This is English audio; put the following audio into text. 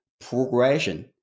progression